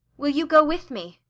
will you go with me?